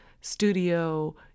studio